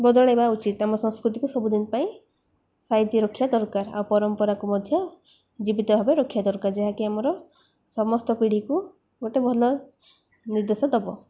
ବଦଳାଇବା ଉଚିତ୍ ଆମ ସଂସ୍କୃତିକୁ ସବୁଦିନ ପାଇଁ ସାଇତି ରଖିବା ଦରକାର ଆଉ ପରମ୍ପରାକୁ ମଧ୍ୟ ଜୀବିତ ଭାବେ ରଖିବା ଦରକାର ଯାହାକି ଆମର ସମସ୍ତ ପିଢ଼ିକୁ ଗୋଟେ ଭଲ ନିର୍ଦ୍ଦେଶ ଦେବ